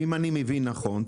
אם אני מבין נכון,